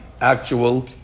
actual